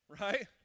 Right